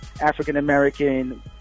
African-American